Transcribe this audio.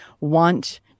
want